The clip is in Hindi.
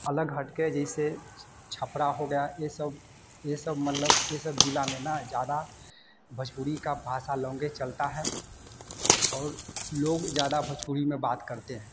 अलग हटकर जैसे छपरा हो गया यह सब यह सब मतलब यह सब ज़िला में ना ज़्यादा भोजपुरी का भाषा लौंगेज चलती है और लोग ज़्यादा भोजपुरी में बात करते हैं